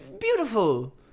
beautiful